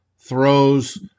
Throws